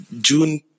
June